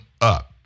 up